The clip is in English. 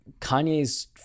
Kanye's